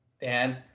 Dan